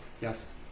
Yes